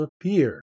appear